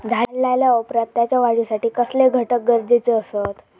झाड लायल्या ओप्रात त्याच्या वाढीसाठी कसले घटक गरजेचे असत?